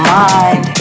mind